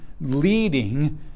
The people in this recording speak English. leading